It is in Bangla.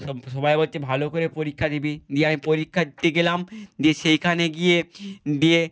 সব সবাই বলছে ভালো করে পরীক্ষা দিবি দিয়ে আমি পরীক্ষা দিতে গেলাম দিয়ে সেইখানে গিয়ে দিয়ে